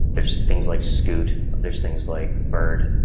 there's things like scoot, there's things like bird.